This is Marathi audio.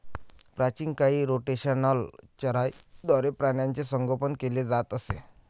प्राचीन काळी रोटेशनल चराईद्वारे प्राण्यांचे संगोपन केले जात असे